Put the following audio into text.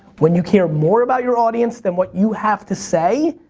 when you care more about your audience than what you have to say,